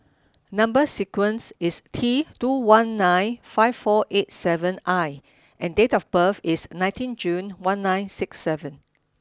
number sequence is T two one nine five four eight seven I and date of birth is nineteen June one nine six seven